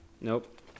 Nope